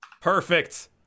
Perfect